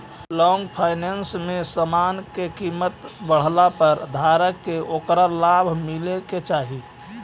long finance में समान के कीमत बढ़ला पर धारक के ओकरा लाभ मिले के चाही